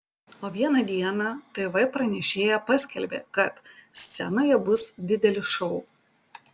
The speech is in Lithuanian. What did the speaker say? o vieną dieną tv pranešėja paskelbė kad scenoje bus didelis šou